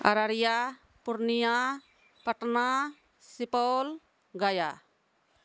Araria Purnia Patna Supaul Gaya